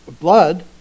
blood